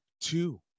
two